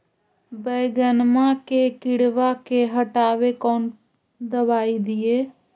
बैगनमा के किड़बा के हटाबे कौन दवाई दीए?